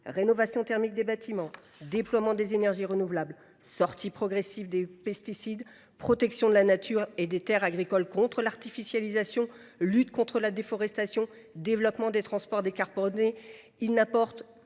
rénovation thermique des bâtiments, déploiement des énergies renouvelables, sortie progressive des pesticides, protection de la nature et des terres agricoles contre l’artificialisation des sols, lutte contre la déforestation et développement des transports décarbonés. En outre,